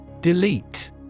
Delete